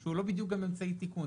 שהוא לא בדיוק אמצעי תיקון,